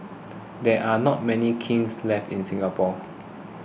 there are not many kilns left in Singapore